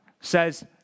says